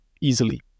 easily